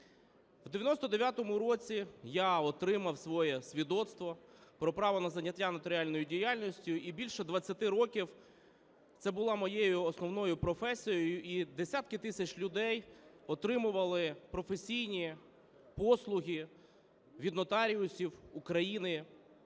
В 99-му році я отримав своє свідоцтво про право на зайняття нотаріальною діяльністю і більше 20 років це була моєю основною професією, і десятки тисяч людей отримували професійні послуги від нотаріусів України